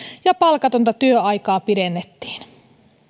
ja palkatonta työaikaa pidennettiin